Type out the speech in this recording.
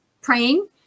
praying